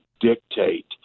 dictate